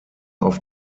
auf